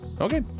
Okay